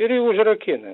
ir jį užrakina